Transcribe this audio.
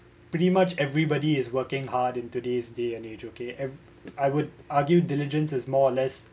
pretty much everybody is working hard in today's day and age okay and I would argue diligence is more or less